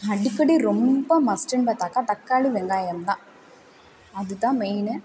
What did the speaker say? அடிக்கடி ரொம்ப மஸ்ட்டுன்னு பார்த்தாக்கா தக்காளி வெங்காயம்ந்தான் அது தான் மெயின்னு